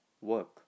work